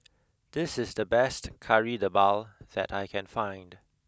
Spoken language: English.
this is the best kari debal that I can find